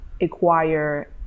acquire